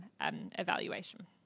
evaluation